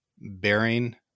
bearing